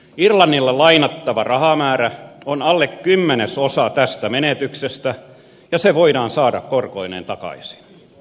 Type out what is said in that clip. irlannille lainattava rahamäärä on alle kymmenesosa tästä menetyksestä ja se voidaan saada korkoineen takaisin